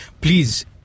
please